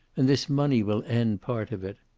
and this money will end part of it.